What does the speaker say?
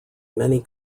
many